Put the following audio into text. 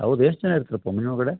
ಹೌದ್ ಎಷ್ಟು ಜನ ಇರ್ತೀರಪ್ಪ ಮನೆ ಒಳಗಡೆ